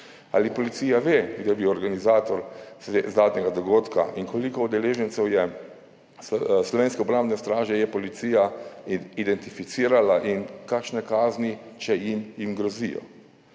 Ali policija ve, kdo je bil organizator zadnjega dogodka in koliko udeležencev Slovenske obrambne straže je policija identificirala? Kakšne kazni, če sploh